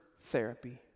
therapy